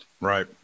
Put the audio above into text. Right